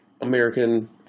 American